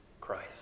Christ